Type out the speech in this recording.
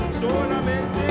Solamente